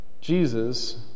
Jesus